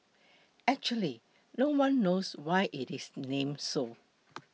actually no one knows why it is name so